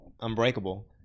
unbreakable